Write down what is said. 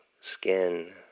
skin